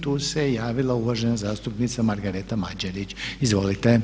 Tu se javila uvažena zastupnica Margareta Mađerić, izvolite.